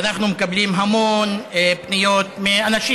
אנחנו מקבלים המון פניות מאנשים,